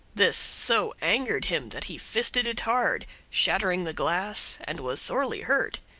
this so angered him that he fisted it hard, shattering the glass, and was sorely hurt.